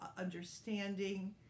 understanding